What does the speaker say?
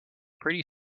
pretty